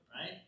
right